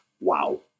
wow